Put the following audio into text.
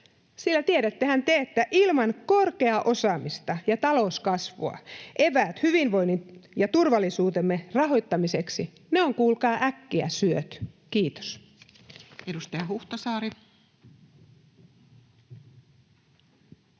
sillä tiedättehän te, että ilman korkeaa osaamista ja talouskasvua eväät hyvinvoinnin ja turvallisuutemme rahoittamiseksi on, kuulkaa, äkkiä syöty. — Kiitos.